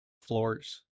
floors